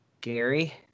Gary